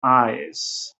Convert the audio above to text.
eyes